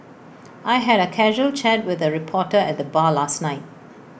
I had A casual chat with A reporter at the bar last night